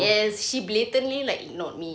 yes she blatantly like ignored me